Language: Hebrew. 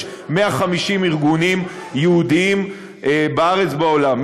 יש 150 ארגונים יהודיים בארץ ובעולם,